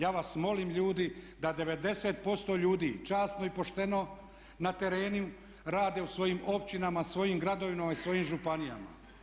Ja vas molim ljudi da 80% ljudi časno i pošteno na terenu rade u svojim općinama, svojim gradovima i svojim županijama.